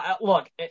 look